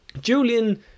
Julian